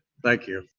thank you.